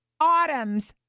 Autumn's